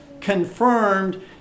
confirmed